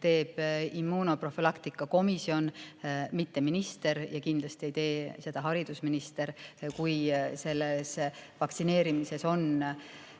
teeb immunoprofülaktika komisjon, mitte minister. Ja kindlasti ei tee seda haridusminister. Kui selles vaktsineerimises on